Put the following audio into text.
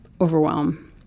overwhelm